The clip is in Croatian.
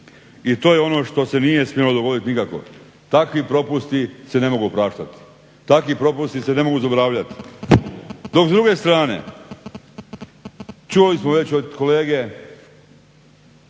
i to je ono što se nije smjelo dogoditi nikao. Takvi propusti se ne mogu opraštati, takvi propusti se ne mogu zaboravljati, dok s druge strane čuli smo već od kolege